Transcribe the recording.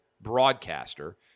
broadcaster